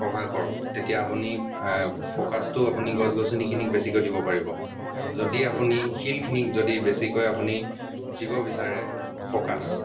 cover কৰক তেতিয়া আপুনি ফ'কাছটো গছ গছনিখিনিক বেছিকৈ দিব পাৰিব আৰু যদি আপুনি শিলখিনিক যদি বেছিকৈ আপুনি দিব বিচাৰে ফ'কাছ